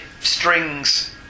strings